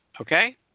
Okay